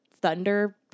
Thunder